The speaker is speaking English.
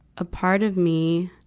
a part of me,